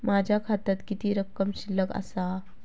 माझ्या खात्यात किती रक्कम शिल्लक आसा?